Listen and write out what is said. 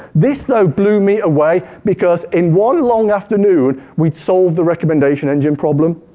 this, though blew me away, because in one long afternoon, we'd solved the recommendation engine problem.